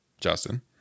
Justin